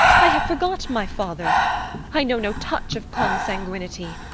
i have forgot my father i know no touch of consanguinity,